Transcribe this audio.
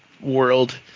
world